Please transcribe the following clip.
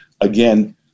Again